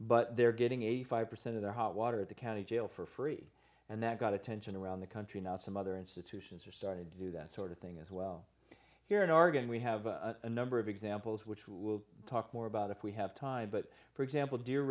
but they're getting eighty five percent of their hot water at the county jail for free and that got attention around the country now some other institutions are starting to do that sort of thing as well here in oregon we have a number of examples which we'll talk more about if we have time but for example deer